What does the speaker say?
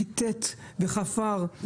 חיטט וחפר,